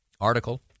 article